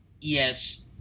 Yes